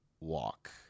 walk